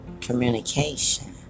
communication